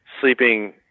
sleeping